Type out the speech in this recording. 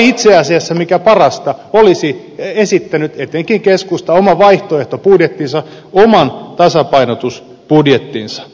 tai itse asiassa mikä parasta olisi esittänyt etenkin keskusta oman vaihtoehtobudjettinsa oman tasapainotusbudjettinsa